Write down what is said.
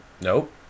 Nope